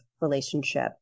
relationship